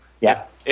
Yes